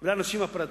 ולאנשים פרטיים.